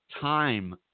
time